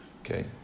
okay